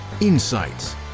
insights